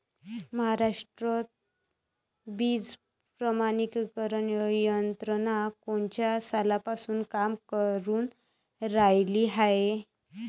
महाराष्ट्रात बीज प्रमानीकरण यंत्रना कोनच्या सालापासून काम करुन रायली हाये?